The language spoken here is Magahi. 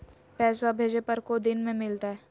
पैसवा भेजे पर को दिन मे मिलतय?